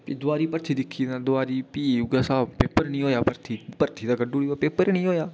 भी दोबारा भर्थी दिक्खी तां दोबारा भी उ'ऐ स्हाब भी निं होआ भर्थी भर्थी तां कड्ढी ओड़ी पर पेपर निं होआ